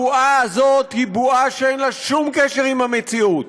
לבועה הזאת אין שום קשר למציאות.